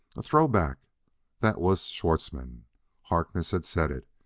a throw-back that was schwartzmann harkness had said it.